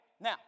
Now